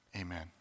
Amen